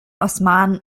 osmanen